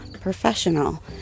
professional